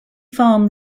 farm